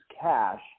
cash